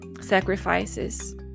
sacrifices